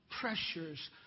pressures